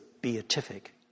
beatific